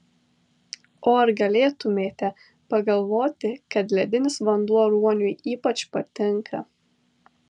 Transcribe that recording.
o ar galėtumėte pagalvoti kad ledinis vanduo ruoniui ypač patinka